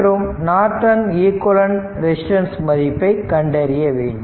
மற்றும் Norton equivalent resistance மதிப்பை கண்டறிய வேண்டும்